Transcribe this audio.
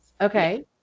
Okay